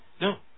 No